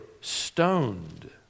stoned